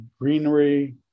greenery